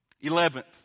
Eleventh